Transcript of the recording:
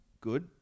Good